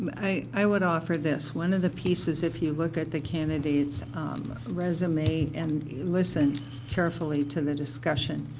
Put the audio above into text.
i would offer this. one of the pieces, if you look at the candidate's resume and listen carefully to the discussion,